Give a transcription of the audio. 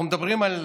אנחנו מדברים על